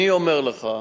אני אומר לך,